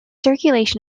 circulation